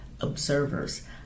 observers